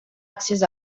accés